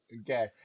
Okay